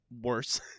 worse